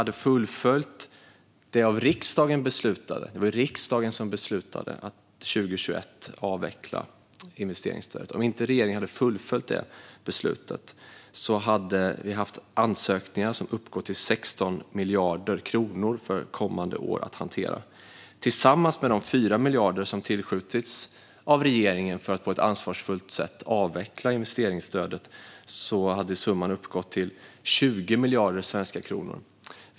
Det var riksdagen som beslutade att 2021 avveckla investeringsstödet. Om regeringen inte hade fullföljt detta beslut hade vi haft ansökningar som uppgått till 16 miljarder kronor för kommande år att hantera. Tillsammans med de 4 miljarder kronor som har tillskjutits av regeringen för att på ett ansvarsfullt sätt avveckla investeringsstödet hade summan uppgått till 20 miljarder svenska kronor.